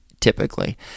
typically